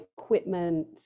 equipment